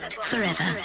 forever